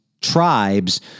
tribes